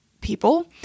people